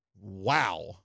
Wow